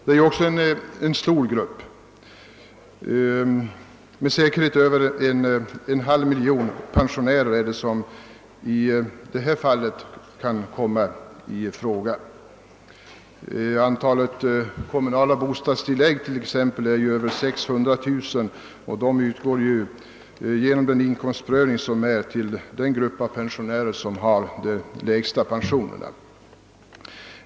Den är också en stor grupp — det gäller med säkerhet över en halv miljon pensionärer. Antalet pensionärer som i januari 1968 åtnjöt kommunala bostadstillägg var över 600 000. Då dessa bostadstillägg är inkomstprövade kan de också utgöra en mätare på hur stor den grupp pensionärer är som har de lägsta pensionerna.